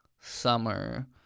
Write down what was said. summer